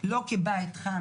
לא כבית חם,